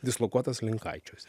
dislokuotas linkaičiuose